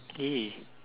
really